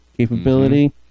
capability